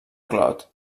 clot